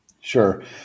Sure